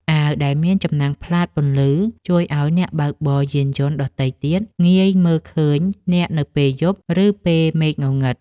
អាវដែលមានចំណាំងផ្លាតពន្លឺ ជួយឱ្យអ្នកបើកបរយានយន្តដទៃទៀតងាយមើលឃើញអ្នកនៅពេលយប់ ឬពេលមេឃងងឹត។